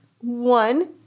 One